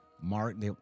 Mark